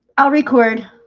i'll record